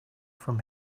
from